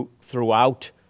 throughout